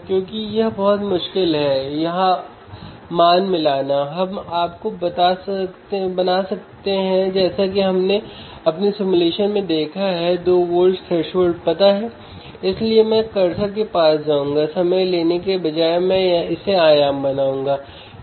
क्योंकि यहाँ लाभ अत्यंत अधिक है तो हमें पोटेंशियोमीटर को बदलना होगा